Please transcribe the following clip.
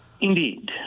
Indeed